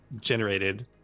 generated